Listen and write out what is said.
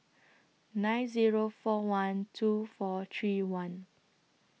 nine Zero four one two four three one